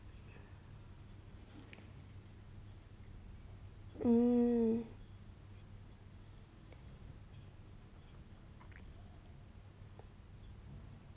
mm